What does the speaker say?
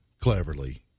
Cleverly